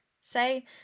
Say